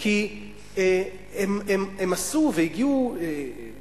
כי הם עשו והגיעו